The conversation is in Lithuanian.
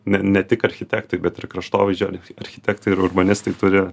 ne ne tik architektai bet ir kraštovaizdžio architektai ir urbanistai turi